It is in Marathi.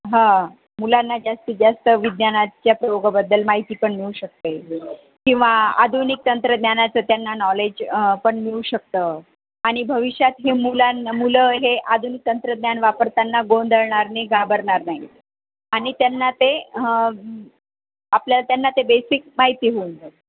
हं मुलांना जास्तीत जास्त विज्ञानाच्या प्रयोगाबद्दल माहिती पण मिळू शकते किंवा आधुनिक तंत्रज्ञानाचं त्यांना नॉलेज पण मिळू शकतं आणि भविष्यात हे मुलांना मुलं हे आधुनिक तंत्रज्ञान वापरताना गोंधळणार नाही घाबरणार नाही आणि त्यांना ते ह आपल्याला त्यांना ते बेसिक माहिती होऊन जाईल